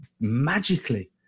magically